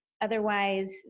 Otherwise